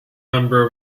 member